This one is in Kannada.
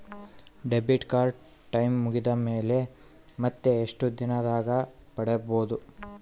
ಡೆಬಿಟ್ ಕಾರ್ಡ್ ಟೈಂ ಮುಗಿದ ಮೇಲೆ ಮತ್ತೆ ಎಷ್ಟು ದಿನದಾಗ ಪಡೇಬೋದು?